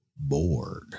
bored